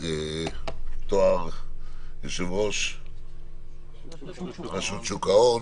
יושב-ראש רשות שוק ההון.